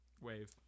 Wave